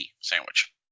sandwich